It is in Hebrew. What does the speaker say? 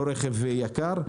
לא רכב יקר,